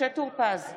משה טור פז,